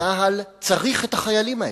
צה"ל צריך את החיילים האלה.